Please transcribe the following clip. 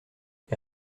est